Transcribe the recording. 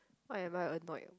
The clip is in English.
what am I annoyed